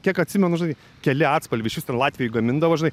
kiek atsimenu žinai keli atspalviai iš vis ten latvijoj gamindavo žinai